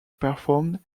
performed